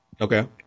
Okay